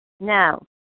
Now